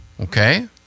okay